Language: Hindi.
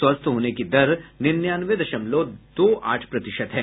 स्वस्थ होने की दर निन्यानवे दशमलव दो आठ प्रतिशत है